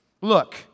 look